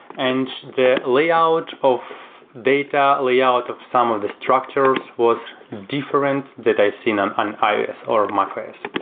and the layout of data layout of some of the structures was different that i've seen um on ios or mac os.